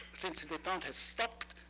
since detente has stopped,